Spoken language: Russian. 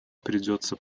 придется